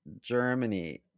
Germany